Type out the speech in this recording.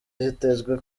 vyitezwe